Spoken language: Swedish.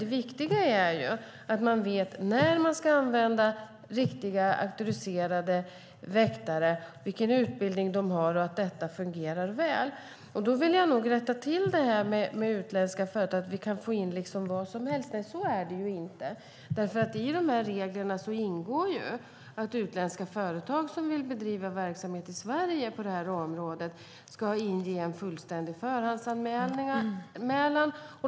Det viktiga är att man vet när man ska använda riktiga auktoriserade väktare, vilken utbildning de har och att detta fungerar väl. Då vill jag nog rätta till det här med utländska företag, att vi liksom kan få in vad som helst. Nej, så är det inte. För i de här reglerna ingår att utländska företag som vill bedriva verksamhet i Sverige på det här området ska inge en fullständig förhandsanmälan.